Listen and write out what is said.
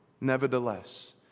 Nevertheless